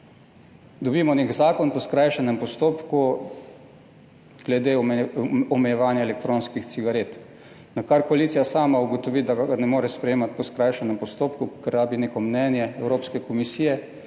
dobimo nek zakon po skrajšanem postopku glede omejevanja elektronskih cigaret, nakar koalicija sama ugotovi, da ga ne more sprejemati po skrajšanem postopku, ker rabi neko mnenje Evropske komisije